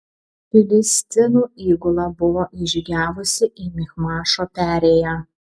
filistinų įgula buvo įžygiavusi į michmašo perėją